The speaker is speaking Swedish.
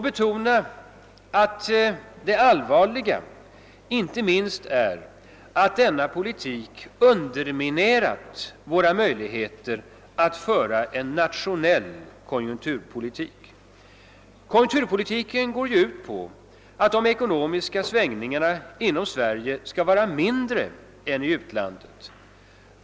Det inte minst allvarliga är att denna politik underminerat våra möjligheter att föra en nationell konjunkturpolitik. Konjunkturpolitiken går ju ut på att de ekonomiska svängningarna inom Sverige skall vara mindre än i utlandet.